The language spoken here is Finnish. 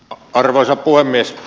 arvoisa puhemies